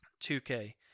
2K